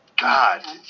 God